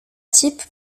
type